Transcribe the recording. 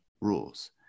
rules